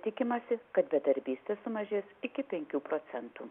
tikimasi kad bedarbystė sumažės iki penkių procentų